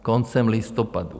Koncem listopadu!